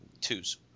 twos